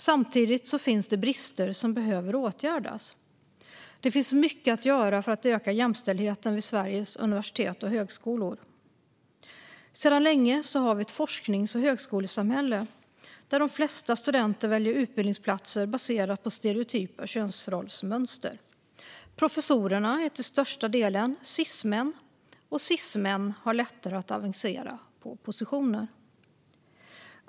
Samtidigt finns det brister som behöver åtgärdas. Det finns mycket att göra för att öka jämställdheten vid Sveriges universitet och högskolor. Sedan länge har vi ett forsknings och högskolesamhälle där de flesta studenter väljer utbildningsplatser baserat på stereotypa könsrollsmönster. Professorerna är till största delen cismän, och cismän har lättare att avancera på positioner.